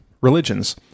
religions